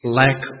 lack